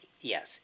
yes